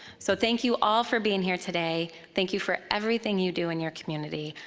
so thank you all for being here today. thank you for everything you do in your community.